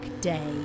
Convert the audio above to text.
day